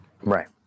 Right